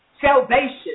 salvation